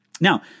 Now